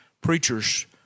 preachers